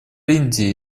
индии